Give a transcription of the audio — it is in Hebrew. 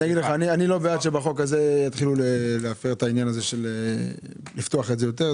אני לא בעד שבחוק הזה יתחילו לפתוח את זה יותר.